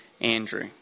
andrew